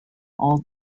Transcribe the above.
all